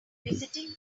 visiting